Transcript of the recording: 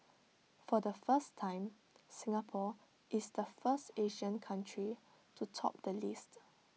for the first time Singapore is the first Asian country to top the list